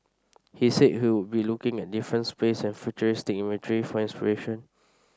he said he would be looking at different space and futuristic imagery for inspiration